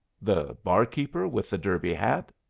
the barkeeper with the derby hat?